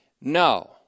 No